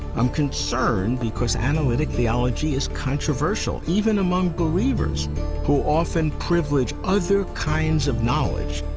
i'm concerned, because analytic theology is controversial, even among believers who often privilege other kinds of knowledge,